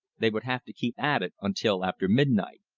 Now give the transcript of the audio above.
they would have to keep at it until after midnight.